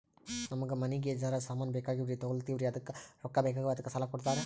ನಮಗ ಮನಿಗಿ ಜರ ಸಾಮಾನ ಬೇಕಾಗ್ಯಾವ್ರೀ ತೊಗೊಲತ್ತೀವ್ರಿ ಅದಕ್ಕ ರೊಕ್ಕ ಬೆಕಾಗ್ಯಾವ ಅದಕ್ಕ ಸಾಲ ಕೊಡ್ತಾರ?